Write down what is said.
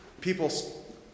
people